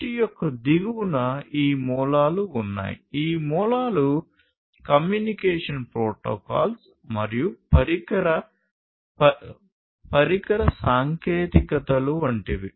చెట్టు యొక్క దిగువన ఈ మూలాలు ఉన్నాయి ఈ మూలాలు కమ్యూనికేషన్ ప్రోటోకాల్స్ మరియు పరికర సాంకేతికతలు వంటివి